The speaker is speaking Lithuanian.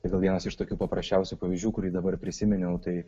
tai gal vienas iš tokių paprasčiausių pavyzdžių kurį dabar prisiminiau tai